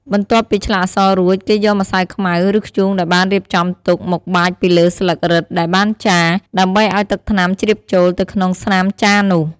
បន្ទាប់ពីឆ្លាក់អក្សររួច គេយកម្សៅខ្មៅ ឬធ្យូងដែលបានរៀបចំទុកមកបាចពីលើស្លឹករឹតដែលបានចារ ដើម្បីឱ្យទឹកថ្នាំជ្រាបចូលទៅក្នុងស្នាមចារនោះ។